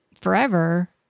forever